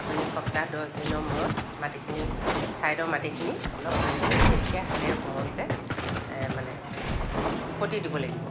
আপুনি সপ্তাহ দহ দিনৰ মূৰত মাটিখিনি ছাইডৰ মাটিখিনি অলপ মিহি মিহিকৈ হাতেৰে কোমলকৈ মানে ওকটি দিব লাগিব